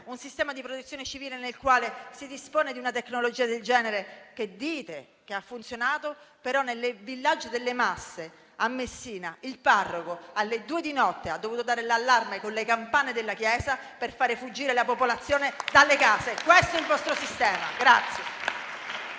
che sistema di Protezione civile è quello nel quale si dispone di una tecnologia del genere, che dite che ha funzionato, però poi nel villaggio delle Masse a Messina il parroco alle due di notte ha dovuto dare l'allarme con le campane della chiesa per far fuggire la popolazione dalle case? Questo è il vostro sistema!